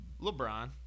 LeBron